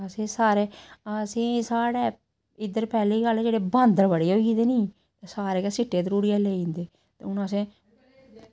असें सारे असें ई साढ़ै इद्धर पैह्ली गल्ल जेह्ड़े बांदर बड़े होई गेदे निं सारे गै सिट्टे त्रूड़ियै लेई जंदे ते हून असें